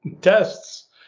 Tests